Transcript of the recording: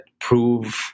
prove